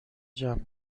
جمع